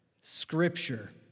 Scripture